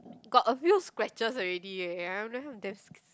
got a few scratches already eh